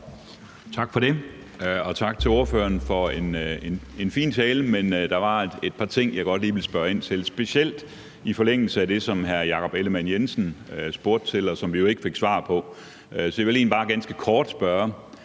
Tak for det, og tak til ordføreren for en fin tale. Men der var et par ting, jeg godt lige ville spørge ind til, specielt i forlængelse af det, som hr. Jakob Ellemann-Jensen spurgte til, og som vi jo ikke fik svar på. Så jeg vil egentlig bare ganske kort spørge: